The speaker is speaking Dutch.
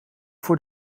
voor